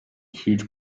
huge